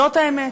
זאת האמת.